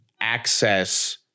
access